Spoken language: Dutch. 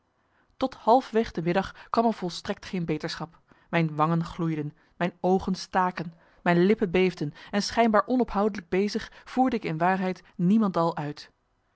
tot halfweg de middag kwam er volstrekt geen beterschap mijn wangen gloeiden mijn oogen staken mijn lippen beefden en schijnbaar onophoudelijk bezig voerde ik in waarheid niemendal uit